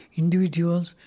individuals